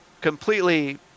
completely